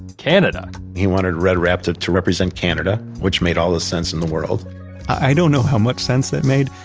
canada! he wanted a red raptor to represent canada, which made all the sense in the world i don't know how much sense that made,